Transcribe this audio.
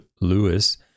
Lewis